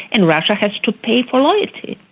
and russia has to pay for loyalty.